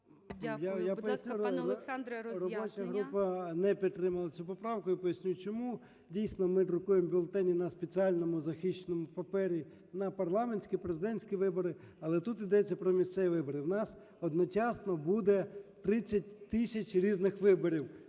ЧЕРНЕНКО О.М. Я поясню. Робоча група не підтримала цю поправку. Я поясню, чому. Дійсно, ми друкуємо бюлетені на спеціальному і захищеному папері на парламентські і президентські вибори, але тут йдеться про місцеві вибори. У нас одночасно буде 30 тисяч різних виборів: